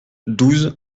douze